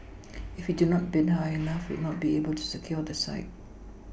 if we do not bid high enough we would not be able to secure the site